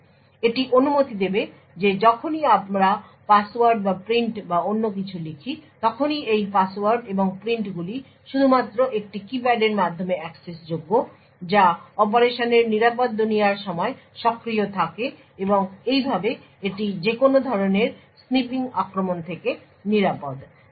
সুতরাং এটি অনুমতি দেবে যে যখনই আমরা পাসওয়ার্ড বা প্রিন্ট বা অন্য কিছু লিখি তখনই এই পাসওয়ার্ড এবং প্রিন্টগুলি শুধুমাত্র একটি কীপ্যাডের মাধ্যমে অ্যাক্সেসযোগ্য যা অপারেশনের নিরাপদ দুনিয়ার সময় সক্রিয় থাকে এবং এইভাবে এটি যেকোনো ধরনের স্নিপিং আক্রমণ থেকে নিরাপদ